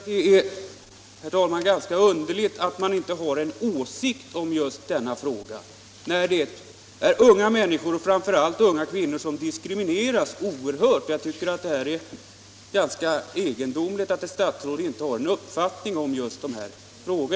Herr talman! Jag tycker att det är ganska underligt att ett statsråd inte har en åsikt om dessa frågor, med tanke på att unga människor, framför allt unga kvinnor, diskrimineras oerhört på detta område.